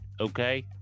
okay